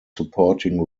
supporting